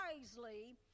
wisely